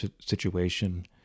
situation